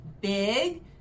big